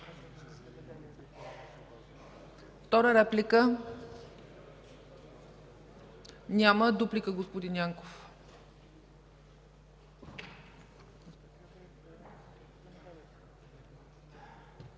Втора реплика? Няма. Дуплика – господин Янков.